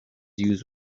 use